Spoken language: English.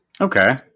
okay